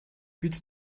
бид